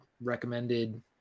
recommended